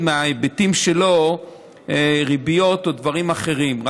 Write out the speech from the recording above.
מההיבטים שלו ריביות או דברים אחרים,